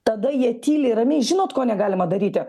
tada jie tyliai ramiai žinot ko negalima daryti